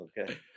Okay